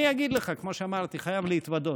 אני אגיד לך, כמו שאמרתי, חייב להתוודות.